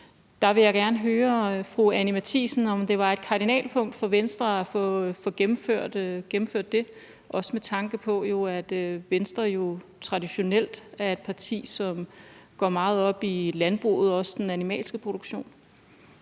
Matthiesen, om det var et kardinalpunkt for Venstre at få gennemført det, også med tanke på, at Venstre jo traditionelt er et parti, der går meget op i landbruget og også den animalske produktion.